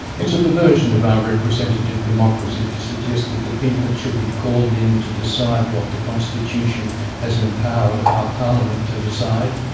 a perversion of our representative democracy to suggest that the people should be called in to decide what the constitution has empowered our parliament to decide.